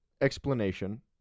explanation